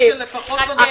--- המפלגות מיוצגות כאן.